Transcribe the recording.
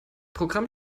programm